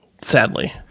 Sadly